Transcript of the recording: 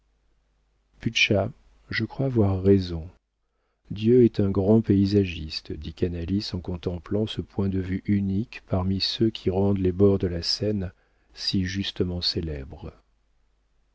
je crois avait raison dieu est un grand paysagiste dit canalis en contemplant ce point de vue unique parmi ceux qui rendent les bords de la seine si justement célèbres